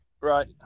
right